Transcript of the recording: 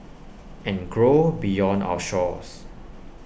and grow beyond our shores